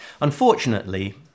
Unfortunately